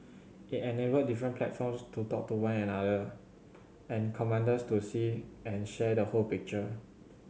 it enabled different platforms to talk to one another and commanders to see and share the whole picture